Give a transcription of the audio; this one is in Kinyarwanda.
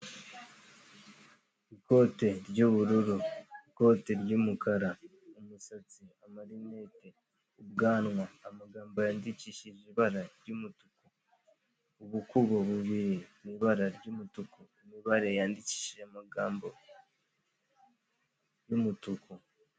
Ikote ry'ubururu, ikoti ry'umukara, umusatsi, amarinete, ubwanwa, amagambo yandikishije ibara ry'umutuku, ubukubo bubiri n'ibara ry'umutuku, imibare yandikishije amagambo y'umutuku.